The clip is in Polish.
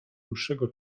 dłuższego